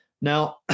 Now